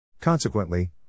Consequently